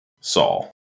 Saul